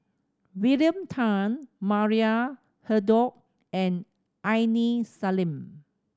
William Tan Maria Hertogh and Aini Salim